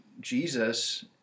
Jesus